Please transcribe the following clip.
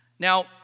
Now